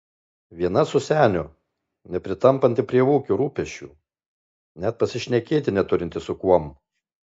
viena su seniu nepritampanti prie ūkio rūpesčių net pasišnekėti neturinti su kuom